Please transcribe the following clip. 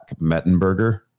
Mettenberger